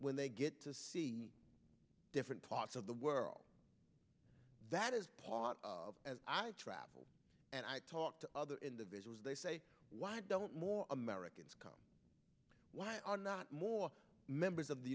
when they get to see different parts of the world that is part as i travel and i talk to other individuals they say why don't more americans come why are not more members of the